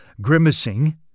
grimacing